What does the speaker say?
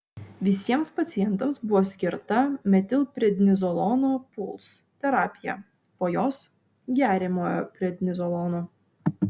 visiems pacientams buvo skirta metilprednizolono puls terapija po jos geriamojo prednizolono